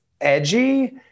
edgy